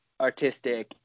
artistic